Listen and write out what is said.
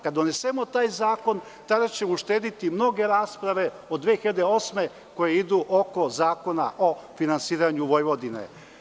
Kada donesemo taj zakon, tada ćemo uštedeti mnoge rasprave od 2008. godine, koje idu oko zakona o finansiranju Vojvodine.